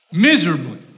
miserably